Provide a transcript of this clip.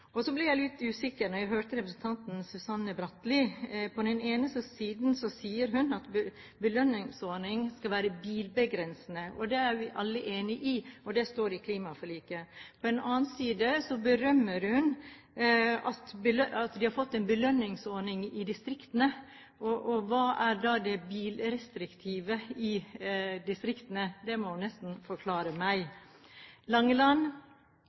Så blir jeg litt usikker da jeg hørte representanten Susanne Bratli. På den ene siden sier hun at en belønningsordning skal være bilbegrensende. Det er vi alle enig i, og det står i klimaforliket. På den andre siden berømmer hun at de har fått en belønningsordning i distriktene. Hva er da det bilrestriktive i distriktene? Det må hun nesten forklare meg. Langeland: